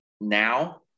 now